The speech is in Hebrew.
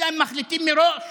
אלא אם מחליטים מראש